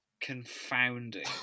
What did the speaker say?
Confounding